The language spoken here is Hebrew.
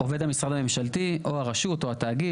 עובד משרד ממשלתי או הרשות או התאגיד